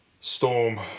Storm